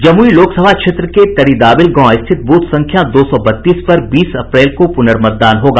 जमुई लोकसभा क्षेत्र के तरीदाविल गांव स्थित बूथ संख्या दो सौ बत्तीस पर बीस अप्रैल को पुनर्मतदान होगा